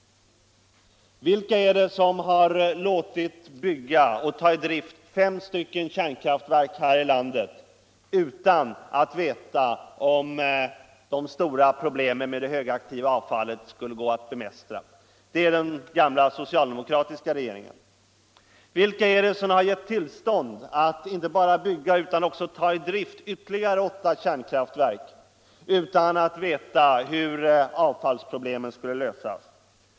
Vilka är det som har låtit bygga och ta i drift fem stycken kärnkraftverk här i landet utan att veta om de stora problemen med det högaktiva avfallet skulle gå att bemästra? Det är den gamla socialdemokratiska regeringen. Vilka är det som har gett tillstånd att inte bara bygga utan också ta I drift ytterhigare åtta kärnkraftverk utan att veta hur avfallsproblemen skulle lösas?